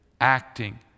acting